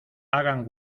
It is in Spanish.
hagan